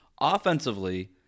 Offensively